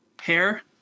hair